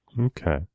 Okay